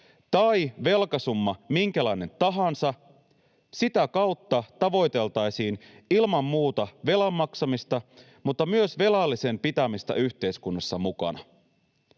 tai velkasumma minkälainen tahansa, sitä kautta tavoiteltaisiin ilman muuta velan maksamista mutta myös velallisen pitämistä yhteiskunnassa mukana.